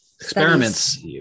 experiments